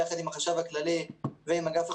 יחד עם החשב הכללי ועם אגף התקציבים,